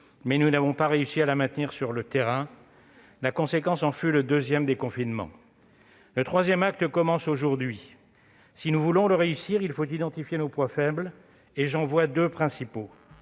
mais nous n'avons pas réussi à la contenir sur le terrain. La conséquence en fut le deuxième confinement. Le troisième acte commence aujourd'hui. Si nous voulons le réussir, il faut identifier nos points faibles, et j'en vois deux principaux.